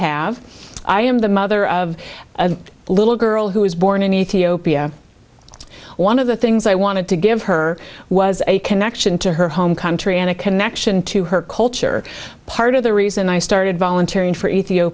have i am the mother of a little girl who was born in ethiopia one of the things i wanted to give her was a connection to her home country and a connection to her culture part of the reason i started